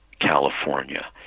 California